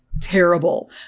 terrible